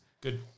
Good